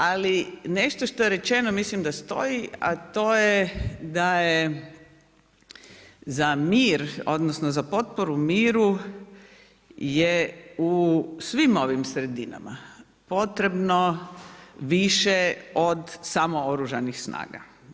Ali, nešto što je rečeno, mislim da stoji, a to je da je za mir, odnosno, za potporu u miru, je u svim ovim sredinama, potrebno više od samo oružanih snaga.